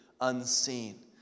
unseen